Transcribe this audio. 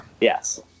Yes